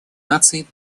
наций